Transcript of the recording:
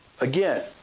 again